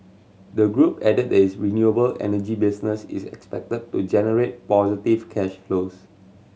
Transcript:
the group added that its renewable energy business is expected to generate positive cash flows